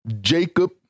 Jacob